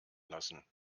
lassen